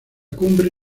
cumbre